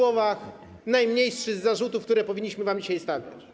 To najmniejszy z zarzutów, które powinniśmy wam dzisiaj stawiać.